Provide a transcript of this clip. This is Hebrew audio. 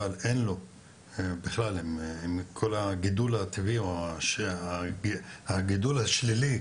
אבל בכלל עם כל הגידול הטבעי או הגידול השלילי,